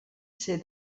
ser